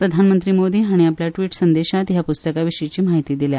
प्रधानमंत्री मोदी हाणी आपल्या ट्विट संदेशात ह्या प्रस्तकाविशीची म्हायती दिल्या